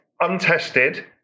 untested